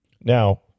Now